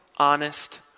honest